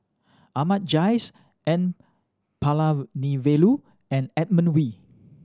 Ahmad Jais N Palanivelu and Edmund Wee